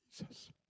Jesus